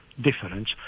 difference